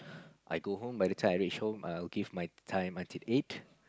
I go home by the time I reach home I'll give my time until eight